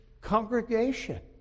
congregation